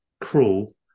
cruel